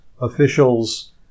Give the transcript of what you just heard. officials